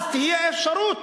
אז תהיה אפשרות